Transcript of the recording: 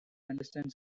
understand